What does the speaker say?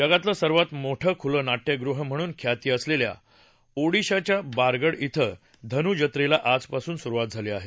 जगातलं सर्वात मोठ खुलं नाट्यगृह म्हणून ख्याती असलेल्या ओडिशाच्या बारगड बें धनु जत्रेला आज पासून सुरवात झाली आहे